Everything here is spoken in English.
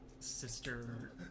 Sister